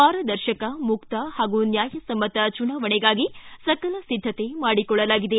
ಪಾರದರ್ಶಕ ಮುಕ್ತ ಹಾಗೂ ನ್ಯಾಯಸಮ್ನತ ಚುನಾವಣೆಗಾಗಿ ಸಕಲ ಸಿದ್ದತೆ ಮಾಡಿಕೊಳ್ಳಲಾಗಿದೆ